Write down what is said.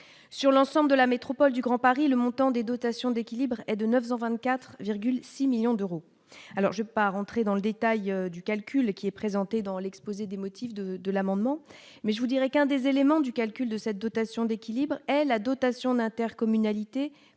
sur l'ensemble de la métropole du Grand Paris, le montant des dotations d'équilibre et de 924,6 millions d'euros, alors je pas rentrer dans le détail du calcul et qui est présenté dans l'exposé des motifs de de l'amendement, mais je vous dirais qu'un des éléments du calcul de cette dotation d'équilibre est la dotation d'intercommunalité